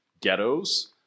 ghettos